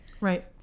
Right